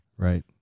Right